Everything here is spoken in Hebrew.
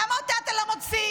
למה אותו אתה לא מוציא?